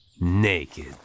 Naked